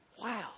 Wow